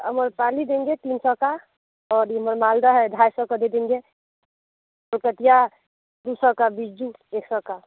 आम्रपाली देंगे तीन सौ का और ये मालदा है ढाई सौ का दे देंगे कलकतिया दो सौ का बीजू डेढ़ सौ का